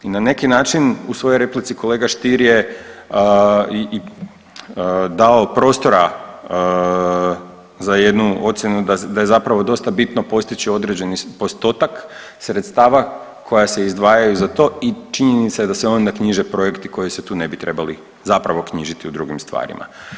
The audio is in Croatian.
Na neki način u svojoj replici kolega Stier je dao prostora za jednu ocjenu da je zapravo dosta bitno postići određeni postotak sredstava koja se izdvajaju za to i činjenica je da se onda knjiže projekti koji se tu ne bi trebali zapravo knjižiti u drugim stvarima.